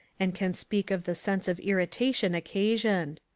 and can speak of the sense of irritation occasioned.